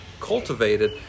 cultivated